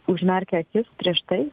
užmerkia akis prieš tai